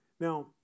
Now